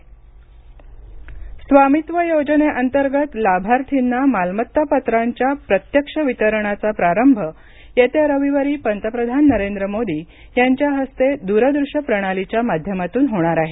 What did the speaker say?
स्वामित्व योजना स्वामित्व योजनेअंतर्गत लाभार्थींना मालमत्ता पत्रांच्या प्रत्यक्ष वितरणाचा प्रारंभ येत्या रविवारी पंतप्रधान नरेंद्र मोदी यांच्या हस्ते दूरदृश्य प्रणालीच्या माध्यमातून होणार आहे